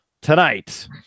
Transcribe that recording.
tonight